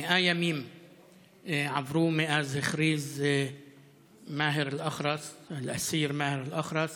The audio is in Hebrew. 100 ימים עברו מאז הכריז האסיר מאהר אל-אח'רס